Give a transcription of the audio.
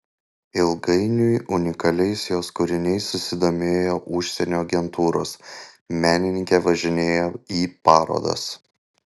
ilgainiui unikaliais jos kūriniais susidomėjo užsienio agentūros menininkė važinėja į parodas